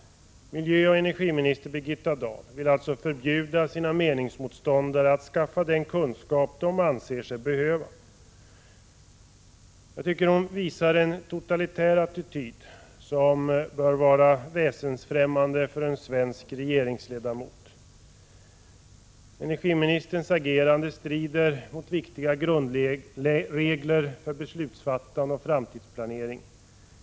Miljöoch energiminister Birgitta Dahl vill alltså förbjuda sina meningsmotståndare att skaffa den kunskap de anser sig behöva. Hon visar en totalitär attityd som borde vara väsensfrämmande för en svensk regeringsledamot. Energiministerns agerande strider mot viktiga grundregler för beslutsfattande och framtidsplanering.